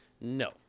No